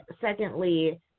secondly